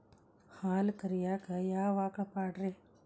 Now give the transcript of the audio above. ಹಾಲು ಕರಿಯಾಕ ಯಾವ ಆಕಳ ಪಾಡ್ರೇ?